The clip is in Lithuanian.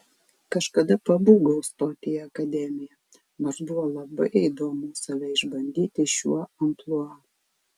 kažkada pabūgau stoti į akademiją nors buvo labai įdomu save išbandyti šiuo amplua